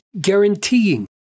guaranteeing